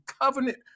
covenant